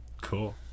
Cool